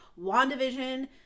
WandaVision